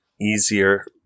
easier